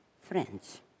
friends